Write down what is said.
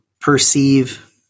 perceive